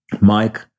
Mike